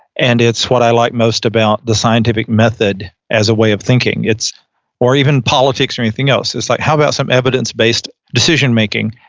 and it's what i like most about the scientific method as a way of thinking, or even politics or anything else. it's like, how about some evidence-based decision making?